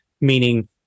meaning